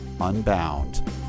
unbound